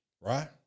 right